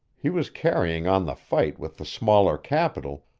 he was carrying on the fight with the smaller capital,